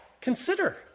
Consider